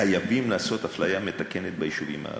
חייבים לעשות אפליה מתקנת ביישובים הערביים.